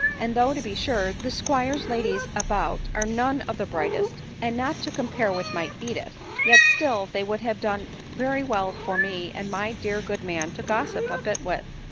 and though, to be sure, the squires' ladies about are none of the brightest, and not to compare with my edith, yet still they would have done very well for me and my dear good man to gossip a bit with.